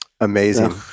Amazing